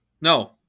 No